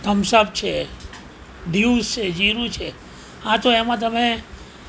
થમ્સઅપ છે ડ્યુ છે જીરું છે હા તો એમાં તમે